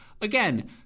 again